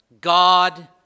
God